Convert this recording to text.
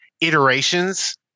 iterations